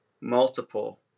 multiple